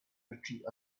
retreat